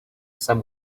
some